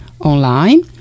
online